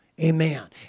Amen